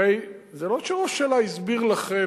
הרי זה לא שראש הממשלה הסביר לכם,